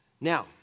Now